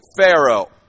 Pharaoh